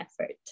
effort